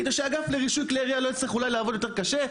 כדי שהאגף לרישוי כלי ירייה לא יצטרכו אולי לעבוד יותר קשה,